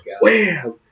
Wham